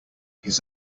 his